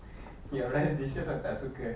your rice dishes I tak suka